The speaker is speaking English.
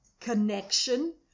connection